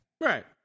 Right